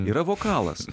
yra vokalas